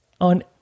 on